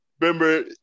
remember